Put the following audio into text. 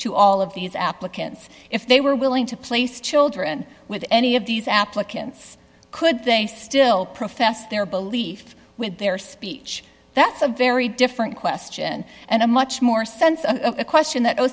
to all of these applicants if they were willing to place children with any of these applicants could things still profess their belief with their speech that's a very different question and a much more sense question that